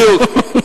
בדיוק, בדיוק.